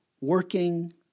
working